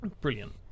Brilliant